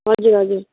हजुर हजुर